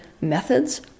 methods